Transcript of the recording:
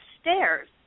stairs